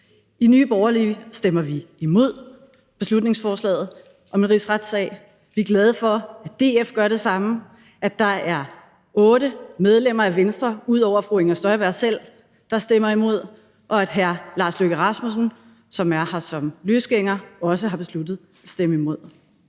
I Nye Borgerlige stemmer vi imod beslutningsforslaget om en rigsretssag. Vi er glade for, at DF gør det samme, og at der er otte medlemmer af Venstre ud over fru Inger Støjberg selv, der stemmer imod, og at hr. Lars Løkke Rasmussen, som er her som løsgænger, også har besluttet at stemme imod.